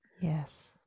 yes